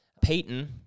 Peyton